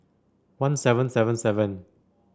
one seven seven seven